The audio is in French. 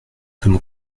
comme